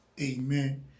Amen